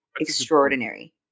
extraordinary